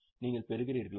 நீங்கள் பெறுகிறீர்களா